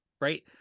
right